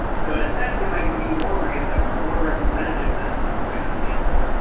so in a sense, it might even be more random or more representative than a simple random sample,